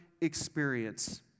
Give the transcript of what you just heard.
experience